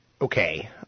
Okay